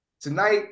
tonight